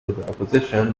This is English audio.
opposition